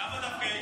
למה דווקא היא?